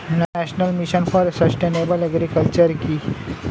National mission for sustainable agriculture কি?